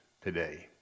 today